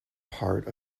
part